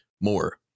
more